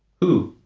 who?